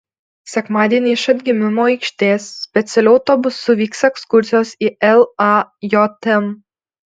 sekmadienį iš atgimimo aikštės specialiu autobusu vyks ekskursijos į lajm